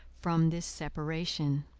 from this separation.